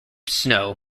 snow